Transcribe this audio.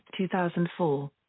2004